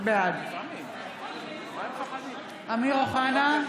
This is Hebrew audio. בעד אמיר אוחנה,